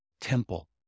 temple